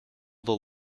the